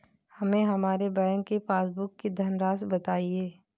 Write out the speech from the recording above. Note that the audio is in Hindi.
हमें हमारे बैंक की पासबुक की धन राशि बताइए